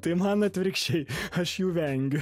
tai man atvirkščiai aš jų vengiu